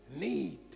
Need